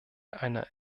einer